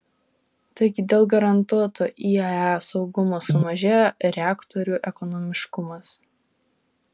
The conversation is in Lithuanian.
taigi dėl garantuoto iae saugumo sumažėjo reaktorių ekonomiškumas